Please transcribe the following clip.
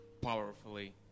powerfully